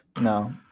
No